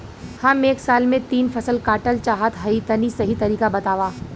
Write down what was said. हम एक साल में तीन फसल काटल चाहत हइं तनि सही तरीका बतावा?